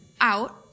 out